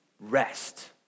rest